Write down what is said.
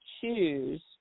choose